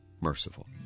merciful